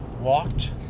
walked